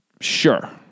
Sure